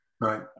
right